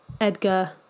Edgar